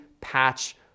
patch